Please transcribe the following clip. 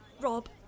Rob